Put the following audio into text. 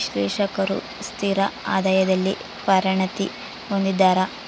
ವಿಶ್ಲೇಷಕರು ಸ್ಥಿರ ಆದಾಯದಲ್ಲಿ ಪರಿಣತಿ ಹೊಂದಿದ್ದಾರ